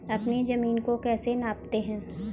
अपनी जमीन को कैसे नापते हैं?